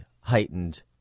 heightened